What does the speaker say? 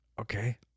Okay